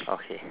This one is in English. okay